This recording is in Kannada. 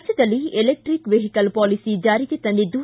ರಾಜ್ಯದಲ್ಲಿ ಎಲೆಕ್ಟಿಕ್ ವೆಹಿಕಲ್ ಪಾಲಿಸಿ ಜಾರಿಗೆ ತಂದಿದ್ದು